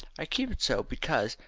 i keep it so because,